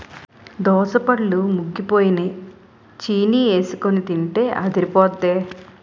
దోసపళ్ళు ముగ్గిపోయినై చీనీఎసికొని తింటే అదిరిపొద్దే